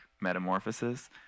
metamorphosis